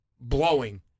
blowing